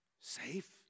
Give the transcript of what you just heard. Safe